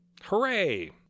Hooray